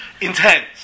intense